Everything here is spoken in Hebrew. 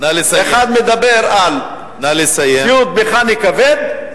אחד מדבר על ציוד מכני כבד,